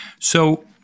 So-